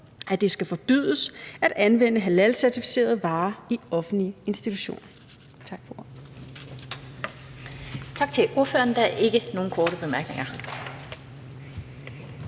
at det skal forbydes at anvende halalcertificeret varer i offentlige institutioner.